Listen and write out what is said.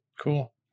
Cool